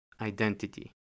identity